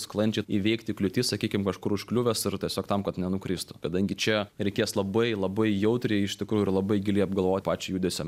sklandžiai įveikti kliūtis sakykim kažkur užkliuvęs ir tiesiog tam kad nenukristų kadangi čia reikės labai labai jautriai iš tikrųjų ir labai giliai apgalvot pačią judesio